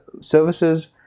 services